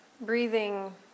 breathing